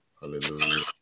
Hallelujah